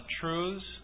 truths